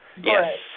Yes